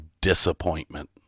disappointment